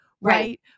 right